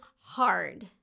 hard